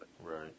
Right